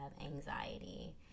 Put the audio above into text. anxiety